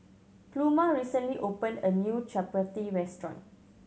Pluma recently opened a new Chapati restaurant